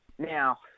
now